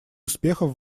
успехов